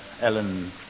Ellen